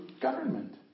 government